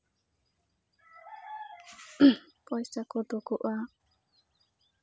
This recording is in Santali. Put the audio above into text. ᱯᱚᱭᱥᱟ ᱠᱚ ᱫᱳᱜᱳᱜᱼᱟ